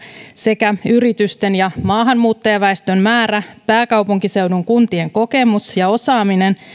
sekä yritysten ja maahanmuuttajaväestön määrä pääkaupunkiseudun kuntien kokemus ja osaaminen